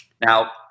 Now